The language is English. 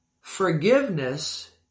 Forgiveness